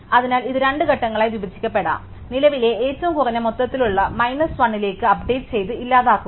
അതിനാൽ ഇത് രണ്ട് ഘട്ടങ്ങളായി വിഭജിക്കപ്പെടാം അതിനാൽ നിലവിലെ ഏറ്റവും കുറഞ്ഞ മൊത്തത്തിലുള്ള മൈനസ് 1 ലേക്ക് അപ്ഡേറ്റുചെയ്ത് ഇല്ലാതാക്കുക